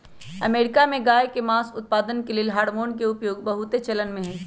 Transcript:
America में गायके मास उत्पादन के लेल हार्मोन के उपयोग बहुत चलनमें हइ